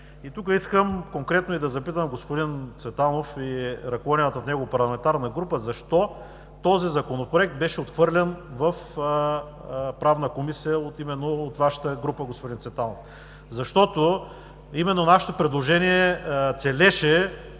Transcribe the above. Тук искам конкретно да запитам господин Цветанов и ръководената от него парламентарна група. Защо този Законопроект беше отхвърлен в Правната комисия именно от Вашата група, господин Цветанов? Защото нашето предложение целеше